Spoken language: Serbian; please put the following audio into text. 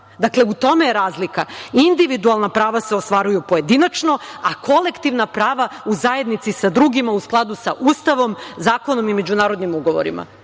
Dakle, u tome je razlika. Individualna prava se ostvaruju pojedinačno, a kolektivna prava u zajednici sa drugima u skladu sa Ustavom, zakonom i međunarodnim ugovorima.